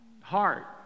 heart